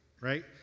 right